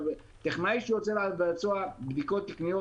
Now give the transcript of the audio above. טכנאי שיוצא לבצע בדיקות תקינות,